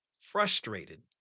Frustrated